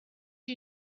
you